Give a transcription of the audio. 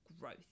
growth